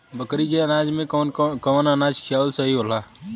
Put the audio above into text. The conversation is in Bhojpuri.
बकरी के अनाज में कवन अनाज खियावल सही होला?